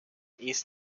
east